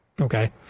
Okay